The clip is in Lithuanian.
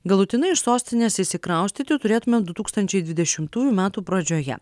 galutinai iš sostinės išsikraustyti turėtume du tūkstančiai dvidešimtųjų metų pradžioje